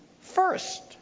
first